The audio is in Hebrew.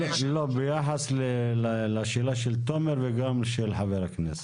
לא, ביחס לשאלה של תומר וגם של חבר הכנסת.